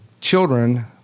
children